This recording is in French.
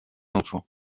enfant